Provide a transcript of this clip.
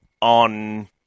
on